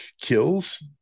kills